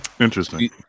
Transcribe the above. Interesting